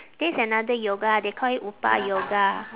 that's another yoga they call it upa yoga